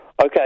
Okay